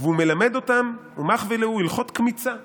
והוא מלמד אותם "ומחוי להו הלכות קמיצה לרבנן".